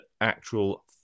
actual